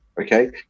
Okay